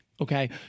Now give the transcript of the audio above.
Okay